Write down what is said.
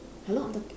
hello I'm talking